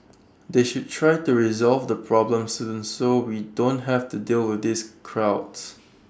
they should try to resolve the problem sooner so we don't have to deal with these crowds